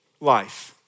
life